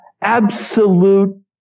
absolute